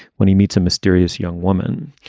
when he meets a mysterious young woman.